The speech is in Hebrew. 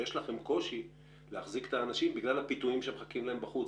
שיש לכם קושי להחזיק את האנשים בגלל הפיתויים שמחכים להם בחוץ,